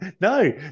No